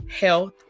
health